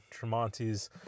Tremonti's